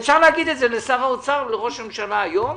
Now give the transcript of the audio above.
אפשר להגיד את זה לשר האוצר ולראש הממשלה היום,